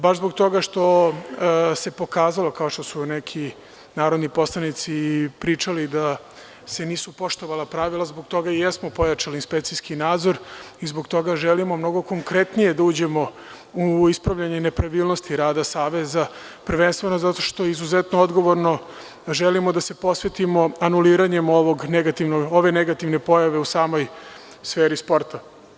Baš zbog toga što se pokazalo, kao što su neki narodni poslanici i pričali, da se nisu poštovala pravila, zbog toga i jesmo pojačali inspekcijski nadzor i zbog toga želimo mnogo konkretnije da uđemo u ispravljanje nepravilnosti rada Saveza, prvenstveno zato što izuzetno odgovorno želimo da se posvetimo anuliranjem ove negativne pojave u samoj sferi sporta.